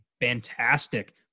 fantastic